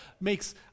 makes